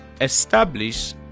establish